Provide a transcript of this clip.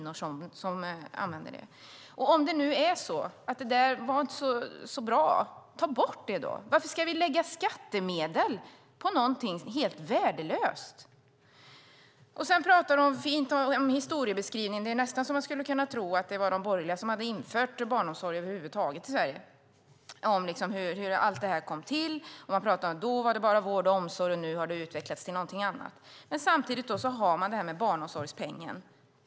Om det nu är så att det inte var så bra, ta bort det då! Varför ska vi lägga skattemedel på någonting helt värdelöst? Sedan talar hon fint och gör en historiebeskrivning. Man skulle nästan kunna tro att det var de borgerliga som infört barnomsorg över huvud taget i Sverige. Hon talar om hur allt detta kom till. Då var det bara vård och omsorg, och nu har det utvecklats till någonting annat. Samtidigt har man barnomsorgspengen.